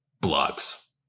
blocks